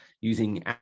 using